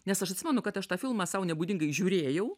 nes aš atsimenu kad aš tą filmą sau nebūdingai žiūrėjau